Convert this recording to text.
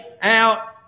out